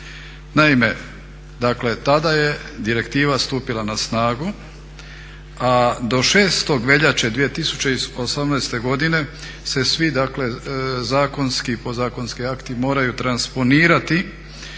dakle tada je direktiva stupila na snagu, a do 6. veljače 2018. godine se svi, dakle zakonski i podzakonski akti moraju transponirati.